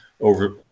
over